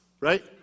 right